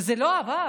וזה לא עבר,